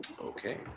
Okay